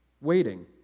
Waiting